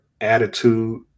attitude